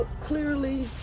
clearly